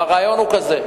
והרעיון הוא כזה: